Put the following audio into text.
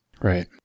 Right